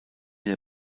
der